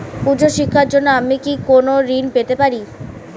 উচ্চশিক্ষার জন্য আমি কি কোনো ঋণ পেতে পারি?